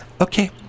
okay